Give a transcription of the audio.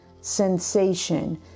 sensation